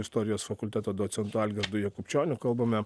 istorijos fakulteto docentu algirdu jakubčioniu kalbame